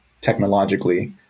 technologically